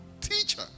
Teacher